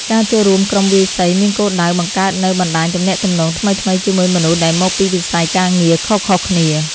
ការចូលរួមក្រុមវាយសីមានគោលដៅបង្កើតនូវបណ្តាញទំនាក់ទំនងថ្មីៗជាមួយមនុស្សដែលមកពីវិស័យការងារខុសៗគ្នា។